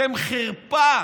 אתם חרפה